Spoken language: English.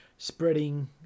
spreading